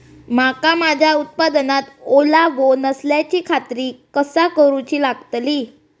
मका माझ्या उत्पादनात ओलावो नसल्याची खात्री कसा करुची लागतली?